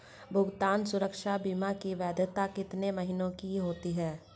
भुगतान सुरक्षा बीमा की वैधता कितने महीनों की होती है?